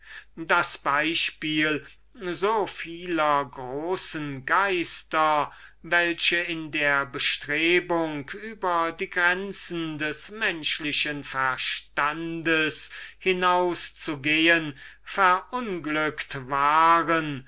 das exempel so vieler großen geister welche in der bestrebung über die grenzen des menschlichen verstandes hinauszugehen verunglückt waren